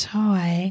toy